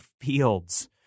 fields